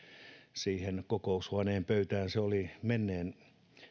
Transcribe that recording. kokoushuoneen pöytään se oli menneen